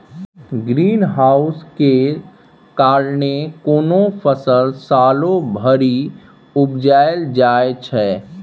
green house केर कारणेँ कोनो फसल सालो भरि उपजाएल जाइ छै